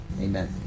Amen